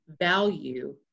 value